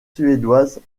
suédoises